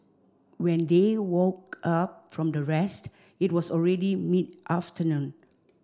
when they woke up from their rest it was already mid afternoon